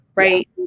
Right